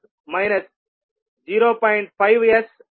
5S 0